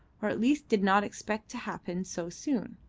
or at least did not expect to happen so soon.